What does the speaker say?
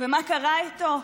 ומה קרה איתו?